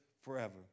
forever